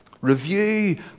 Review